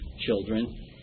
children